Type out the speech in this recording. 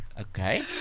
Okay